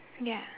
ya